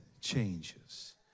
changes